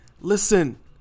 Listen